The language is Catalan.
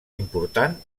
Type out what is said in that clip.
important